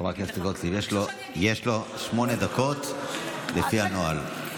חברת הכנסת גוטליב, יש לו שמונה דקות לפי הנוהל.